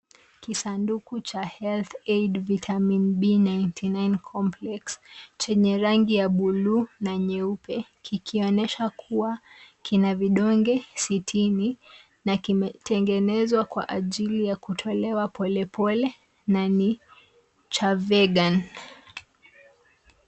Kisanduku cha Health Aid Vitamin B99 Complex chenye rangi ya bluu na nyeupe. Kikionyesha kuwa kina vidonge sitini, na kimetengenezwa kwa ajili ya kutolewa polepole, na ni cha vegan .